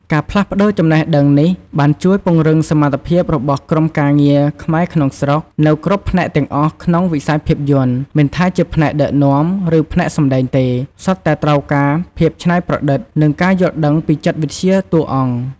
ការផ្លាស់ប្តូរចំណេះដឹងនេះបានជួយ ពង្រឹងសមត្ថភាពរបស់ក្រុមការងារខ្មែរក្នុងស្រុក នៅគ្រប់ផ្នែកទាំងអស់ក្នុងិស័យភាពយន្ត មិនថាជា ផ្នែកដឹកនាំ ឬ ផ្នែកសម្តែងទេ សុទ្ធតែ ត្រូវការភាពច្នៃប្រឌិត និងការយល់ដឹងពីចិត្តវិទ្យាតួអង្គ។